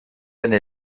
année